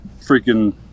freaking